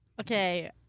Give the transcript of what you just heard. Okay